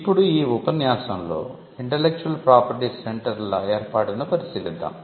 ఇప్పుడు ఈ ఉపన్యాసంలో ఇంటేల్లెక్చువల్ ప్రాపర్టీ సెంటర్ల ఏర్పాటును పరిశీలిద్దాము